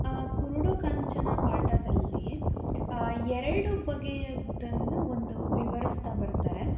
ಆ ಕುರುಡು ಕಾಂಚಾಣ ಪಾಠದಲ್ಲಿ ಎರಡು ಬಗೆಯದ್ದನ್ನು ಒಂದು ವಿವರಿಸ್ತಾ ಬರ್ತಾರೆ